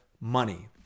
money